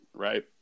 Right